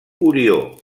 orió